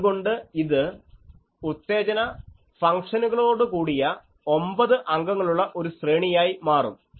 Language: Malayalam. അതുകൊണ്ട് ഇത് ഉത്തേജന ഫംഗ്ഷനുകളോട് കൂടിയ 9 അംഗങ്ങളുള്ള ഒരു ശ്രേണിയായി മാറും